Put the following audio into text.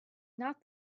not